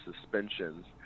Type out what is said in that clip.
suspensions